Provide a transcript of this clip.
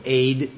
aid